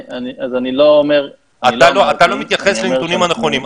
אז אני לא אומר --- אתה לא מתייחס לנתונים הנכונים,